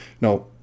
Now